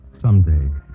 Someday